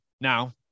Now